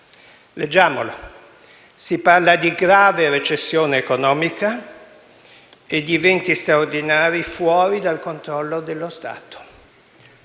Leggiamolo: si parla di grave recessione economica e di eventi straordinari fuori dal controllo dello Stato.